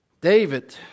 David